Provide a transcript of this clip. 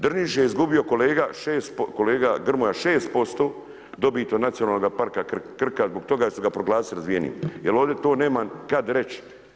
Drniš je izgubio, kolega, kolega Grmoja 6%, dobiti od nacionalnog parka Krka, zbog toga što su ga proglasili razvijenim, jer ovdje to nemam kada reći.